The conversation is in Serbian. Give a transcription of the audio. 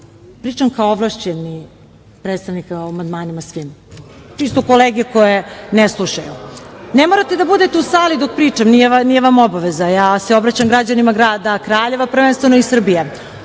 kao ovlašćeni predstavnik o svim amandmanima. Čisto kolege koje ne slušaju. Ne morate da bude u sali dok pričam, nije vam obaveza. Ja se obraćam građanima grada Kraljeva prvenstveno i Srbije.